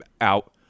out